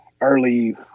early